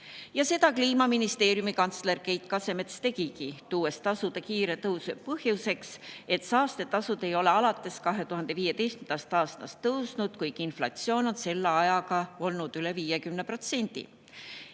Seda Kliimaministeeriumi kantsler Keit Kasemets tegigi, tuues tasude kiire tõusu põhjuseks, et saastetasud ei ole alates 2015. aastast tõusnud, kuigi inflatsioon on selle ajaga [kasvanud]